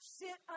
sit